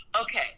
Okay